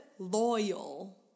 Loyal